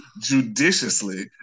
Judiciously